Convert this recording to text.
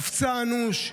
נפצע אנוש,